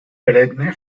perenne